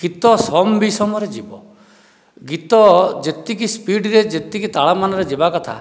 ଗୀତ ସମ୍ ବିଷମ ରେ ଯିବ ଗୀତ ଯେତିକି ସ୍ପିଡ଼ରେ ଯେତିକି ତାଳ ମନରେ ଯିବା କଥା